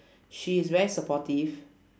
she is very supportive